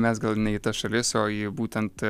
mes gal ne į tas šalis o į būtent